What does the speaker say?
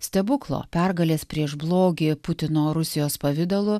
stebuklo pergalės prieš blogį putino rusijos pavidalu